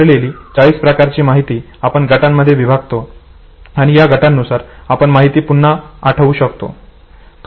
पसरलेली 40 प्रकारची माहिती आपण गटांमध्ये विभागतो आणि या गटांनुसार आपण माहिती पुन्हा आठवू शकतो